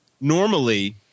Normally